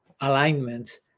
alignment